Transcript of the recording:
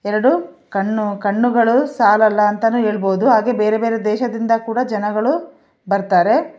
ಎರಡು ಕಣ್ಣು ಕಣ್ಣುಗಳು ಸಾಲಲ್ಲ ಅಂತನೂ ಹೇಳ್ಬೋದು ಹಾಗೇ ಬೇರೆ ಬೇರೆ ದೇಶದಿಂದ ಕೂಡ ಜನಗಳು ಬರ್ತಾರೆ